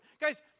guys